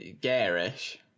garish